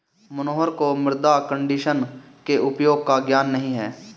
मनोहर को मृदा कंडीशनर के उपयोग का ज्ञान नहीं है